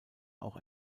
auch